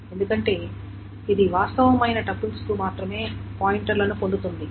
ఎందుకంటే ఇది వాస్తవమైన టపుల్స్కు మాత్రమే పాయింటర్ లను పొందుతుంది